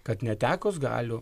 kad netekus galių